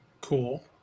Cool